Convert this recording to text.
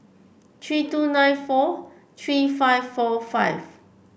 three two nine four three five four five